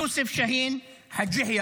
יוסף שאהין חאג' יחיא,